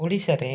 ଓଡ଼ିଶାରେ